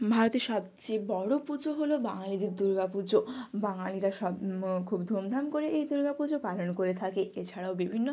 ভারতের সবচেয়ে বড়ো পুজো হলো বাঙালিদের দুর্গা পুজো বাঙালিরা সব খুব ধুম ধাম করে এই দুর্গা পুজো পালন করে থাকে এছাড়াও বিভিন্ন